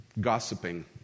gossiping